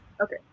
Okay